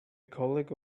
colleague